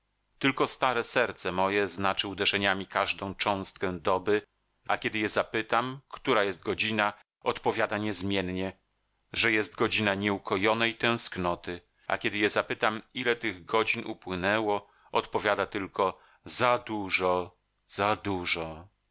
tylko serce moje znaczy uderzeniami każdą cząstkę doby a kiedy je zapytam która jest godzina odpowiada niezmiennie że jest godzina nieukojonej tęsknoty a kiedy je zapytam ile tych godzin upłynęło odpowiada tylko za dużo za dużo